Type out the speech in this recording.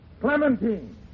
Clementine